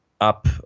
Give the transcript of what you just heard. up